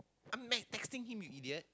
I'm mad texting him you idiot